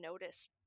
notice